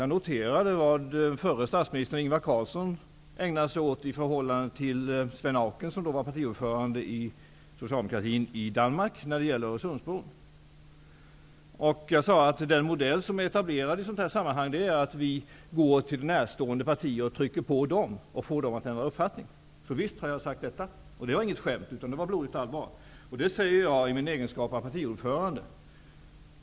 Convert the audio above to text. Jag noterade vad förre statsministern Ingvar Carlsson ägnade sig åt i förhållande till Svend Auken, som då var socialdemokraternas partiordförande i Danmark, när det gällde Öresundsbron. Jag sade att den modell som etablerats i detta sammanhang är att vi går till närstående partier, utövar påtryckning och får dem att ändra uppfattning. Visst har jag sagt detta. Det var inget skämt, utan det var blodigt allvar. Det säger jag i min egenskap av partiordförande.